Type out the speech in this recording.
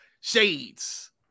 shades